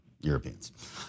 Europeans